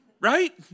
Right